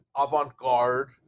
avant-garde